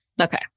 Okay